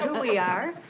um we are.